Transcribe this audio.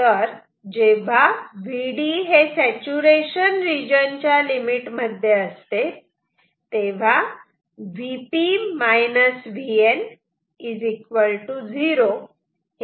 तर जेव्हा Vd हे सॅचूरेशन रिजन च्या लिमिट मध्ये असते तेव्हा Vp Vn 0 असते